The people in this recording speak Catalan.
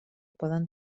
poden